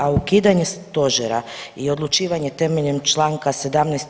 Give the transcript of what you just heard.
A ukidanje stožera i odlučivanje temeljem Članka 17.